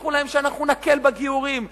הבטיחו להם שאנחנו נקל בגיורים,